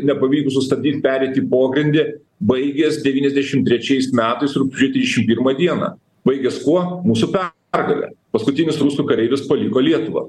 nepavykus sustabdyt pereit į pogrindį baigės devyniasdešim trečiais metais rugpjūčio trisšim pirmą dieną baigės kuo mūsų pergale paskutinis rusų kareivis paliko lietuvą